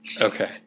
Okay